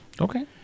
okay